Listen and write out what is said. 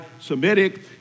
Semitic